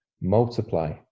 Multiply